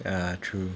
ya true